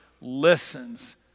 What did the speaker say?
listens